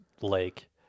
lake